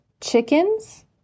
Chickens